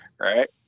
Right